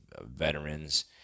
veterans